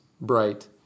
bright